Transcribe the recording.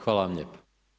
Hvala vam lijepa.